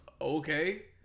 okay